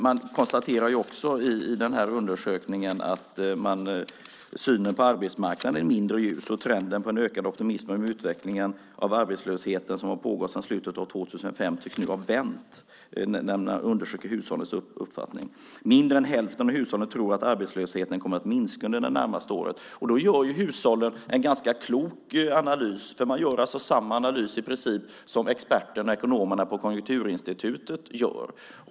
Man konstaterar också i den här undersökningen av hushållens uppfattning att synen på arbetsmarknaden är mindre ljus. Trenden med en ökad optimism när det gäller utvecklingen av arbetslösheten, som har pågått sedan slutet av 2005, tycks nu ha vänt. Mindre än hälften av hushållen tror att arbetslösheten kommer att minska under det närmaste året. Då gör ju hushållen en ganska klok analys. Man gör alltså samma analys i princip som experterna och ekonomerna på Konjunkturinstitutet gör.